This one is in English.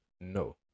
no